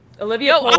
Olivia